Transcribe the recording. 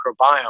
microbiome